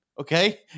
okay